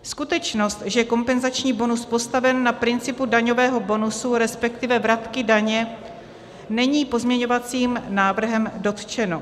Skutečnost, že je kompenzační bonus postaven na principu daňového bonusu, resp. vratky daně, není pozměňovacím návrhem dotčena.